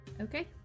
Okay